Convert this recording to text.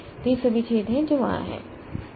तो ये सभी छेद हैं जो वहां हैं